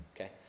okay